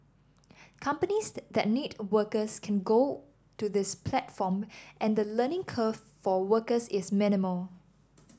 companies that need workers can go to this platform and the learning curve for workers is minimal